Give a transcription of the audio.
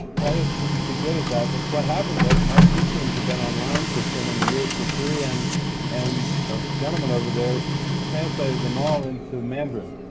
china seems to be good at that, but what happened was my teachings have been online for so many years for free, and and a gentleman over there translated them all into mandarin,